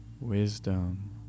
wisdom